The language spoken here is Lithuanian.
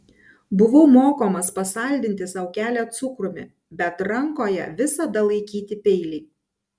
buvau mokomas pasaldinti sau kelią cukrumi bet rankoje visada laikyti peilį